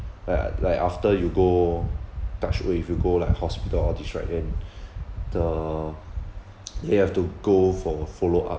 but like after you go touch wood if you go like hospital all these right in the you have to go for follow up